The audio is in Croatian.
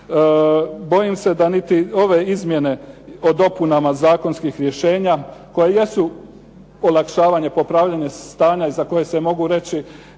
bojim se da niti ove izmjene o dopunama zakonskih rješenja koja jesu olakšavanje, popravljanje stanja za koje se može reći